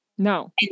No